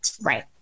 right